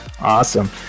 Awesome